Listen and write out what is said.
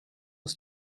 ist